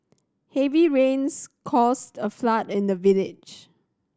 heavy rains caused a flood in the village